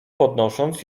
podnosząc